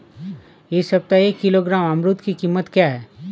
इस सप्ताह एक किलोग्राम अमरूद की कीमत क्या है?